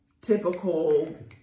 typical